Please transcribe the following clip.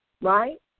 right